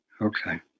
okay